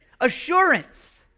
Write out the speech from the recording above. Assurance